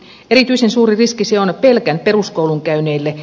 erityisen suuri riski se on pelkän peruskoulun käyneille